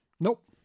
nope